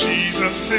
Jesus